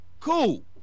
cool